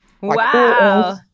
Wow